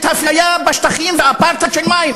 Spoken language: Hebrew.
האפליה בשטחים ואת האפרטהייד של מים,